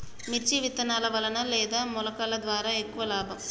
మిర్చి విత్తనాల వలన లేదా మొలకల ద్వారా ఎక్కువ లాభం?